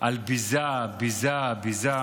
על ביזה, ביזה, ביזה